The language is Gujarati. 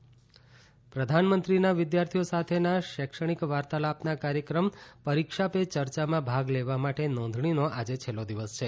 પરિક્ષા પે ચર્ચા પ્રધાનમંત્રીના વિદ્યાર્થીઓ સાથેના શૈક્ષણિક વાર્તાલાપના કાર્યક્રમ પરીક્ષા પે ચર્ચામાં ભાગ લેવા માટે નોંધણીનો આજે છેલ્લો દિવસ છે